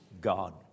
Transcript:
God